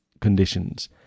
conditions